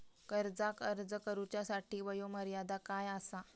कर्जाक अर्ज करुच्यासाठी वयोमर्यादा काय आसा?